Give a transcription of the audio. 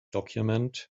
document